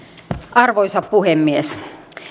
arvoisa puhemies